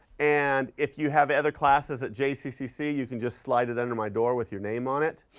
and if you have other classes at jccc, you can just slide it under my door with your name on it,